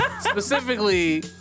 Specifically